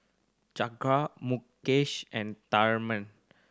Jehangirr Mukesh and Tharman